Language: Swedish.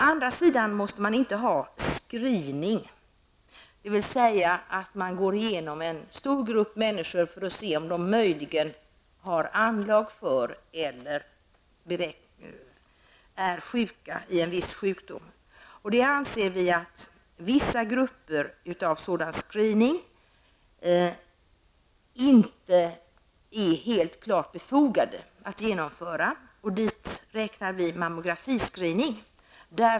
Man behöver dock inte genomföra screening, dvs. att man undersöker en stor grupp människor för att se om de möjligen har anlag för eller är sjuka i en viss sjukdom. Vissa typer av sådan screening anser vi inte vara helt befogade. Dit räknar vi mammografiscreening.